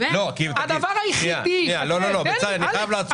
אני חייב לעצור אותך.